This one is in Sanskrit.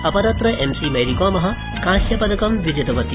अपरत्र एमसी मैरीकॉम कास्यपदकं विजितवती